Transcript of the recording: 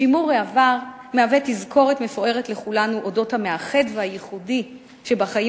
שימור העבר מהווה תזכורת מפוארת לכולנו למאחד ולייחודי שבחיים